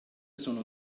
sono